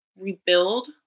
rebuild